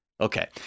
Okay